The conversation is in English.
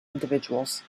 individuals